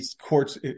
courts